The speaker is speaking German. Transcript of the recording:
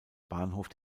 bahnhof